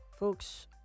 Folks